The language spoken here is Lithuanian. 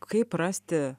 kaip rasti